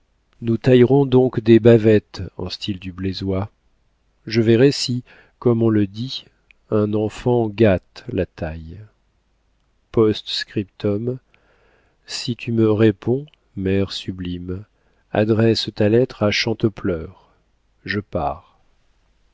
nous taillerons donc des bavettes en style du blésois je verrai si comme on le dit un enfant gâte la taille p s si tu me réponds mère sublime adresse ta lettre à chantepleurs je pars